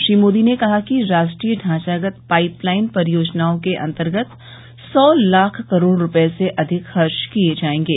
श्री मोदी ने कहा कि राष्ट्रीय ढांचागत पाइप लाइन परियोजनाओं के अंतर्गत सौ लाख करोड़ रुपये से अधिक खर्च किए जाएंगे